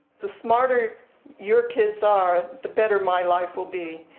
the smarter your kids are, the better my life will be.